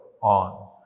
on